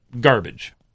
Garbage